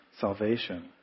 salvation